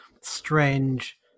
strange